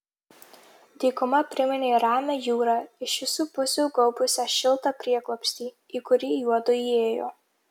dykuma priminė ramią jūrą iš visų pusių gaubusią šiltą prieglobstį į kurį juodu įėjo